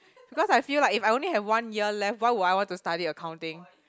because I feel like if I only have one year left why would I want to study accounting